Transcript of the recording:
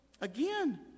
Again